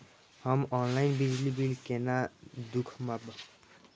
हम ऑनलाईन बिजली बील केना दूखमब?